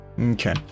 Okay